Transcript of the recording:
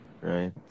right